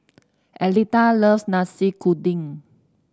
Aletha loves Nasi Kuning